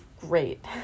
great